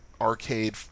arcade